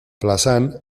plazan